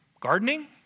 Gardening